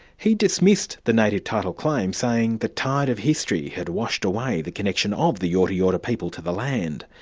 he dismissed the native title claim, saying the tide of history had washed away the connection of the yorta yorta people to the land.